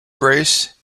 grace